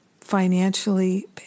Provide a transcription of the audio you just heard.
financially